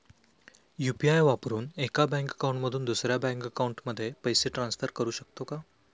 UPI वापरून एका bank account मधून दुसऱ्या बँक अकाउंटमध्ये पैसे ट्रान्सफर करू शकतो का?